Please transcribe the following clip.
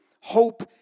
hope